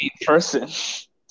person